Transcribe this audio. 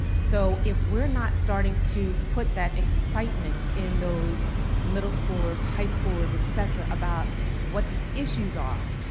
so if we're not starting to put that excitement in those middle schoolers, high schoolers, etcetera, about what the issues are,